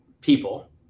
people